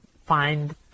find